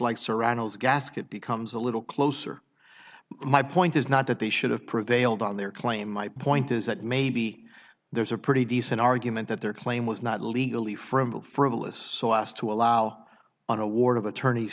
like serrano is gasket becomes a little closer my point is not that they should have prevailed on their claim my point is that maybe there's a pretty decent argument that their claim was not legally from frivolous so as to allow an award of attorney